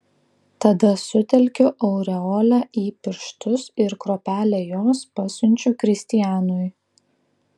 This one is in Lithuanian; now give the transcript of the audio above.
tada sutelkiu aureolę į pirštus ir kruopelę jos pasiunčiu kristianui